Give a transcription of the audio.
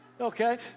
Okay